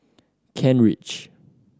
Kent Ridge